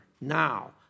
now